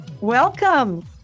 Welcome